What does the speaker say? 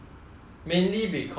mainly because